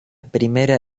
primera